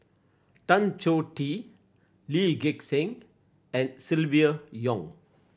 Tan Choh Tee Lee Gek Seng and Silvia Yong